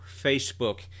Facebook